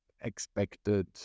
expected